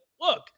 look